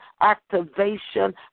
activation